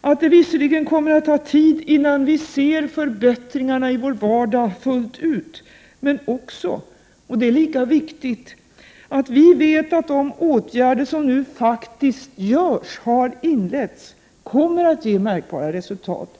att det visserligen kommer att ta tid innan vi ser förbättringar i vår vardag fullt ut — men också, och det är lika viktigt, att vi vet att de åtgärder som nu faktiskt har inletts kommer att ge märkbara resultat.